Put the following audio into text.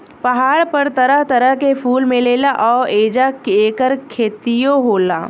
पहाड़ पर तरह तरह के फूल मिलेला आ ऐजा ऐकर खेतियो होला